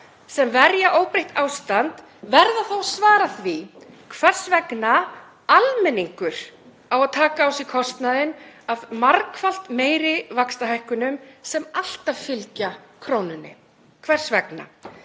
sem verja óbreytt ástand verða þá að svara því hvers vegna almenningur á að taka á sig kostnaðinn af margfalt meiri vaxtahækkunum sem alltaf fylgja krónunni. Hvers vegna?